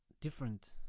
different